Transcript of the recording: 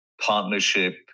partnership